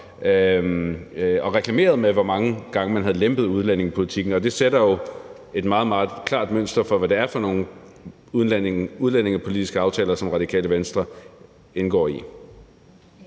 og reklamerede med, hvor mange gange man havde lempet udlændingepolitikken, og det sætter jo et meget, meget klart mønster for, hvad det er for nogle udlændingepolitiske aftaler, Radikale Venstre indgår i.